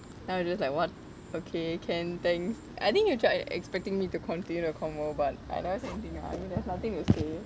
then I was just like what okay can thanks I think he try and expecting me to continue the convo but I never say anything ah I mean there's nothing to say